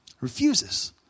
Refuses